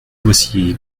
voici